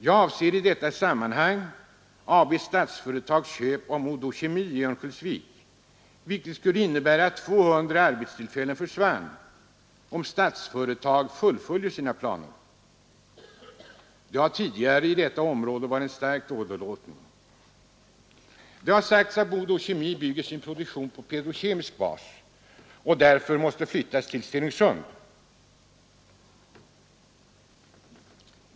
Jag avser i detta sammanhang AB Statsföretags köp av Modokemi i Örnsköldsvik. Om Statsföretag fullföljer sina planer skulle det innebära att 200 arbetstillfällen försvann. Det har tidigare varit en stark åderlåtning från detta område. Det har sagts att Modokemi bygger sin produktion på petrokemisk bas och därför måste flyttas till Stenungsund.